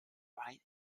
boy